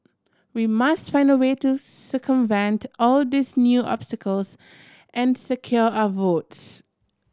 we must find a way to circumvent all these new obstacles and secure our votes